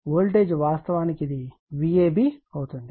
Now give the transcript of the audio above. కాబట్టి వోల్టేజ్ వాస్తవానికి ఇది Vab అవుతుంది